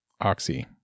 Oxy